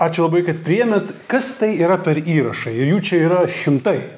ačiū labai kad priėmėt kas tai yra per įrašai ir jų čia yra šimtai